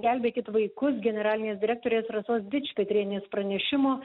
gelbėkit vaikus generalinės direktorės rasos dičpetrienės pranešimo